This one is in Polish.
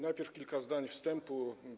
Najpierw kilka zdań wstępu.